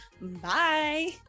Bye